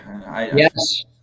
Yes